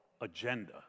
agenda